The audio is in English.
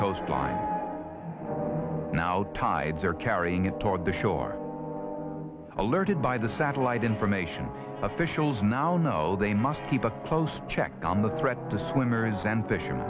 coastline now tides are carrying it toward the shore alerted by the satellite information officials now know they must keep a close check on the threat to swimmers and